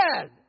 dead